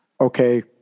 Okay